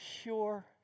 sure